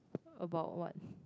about what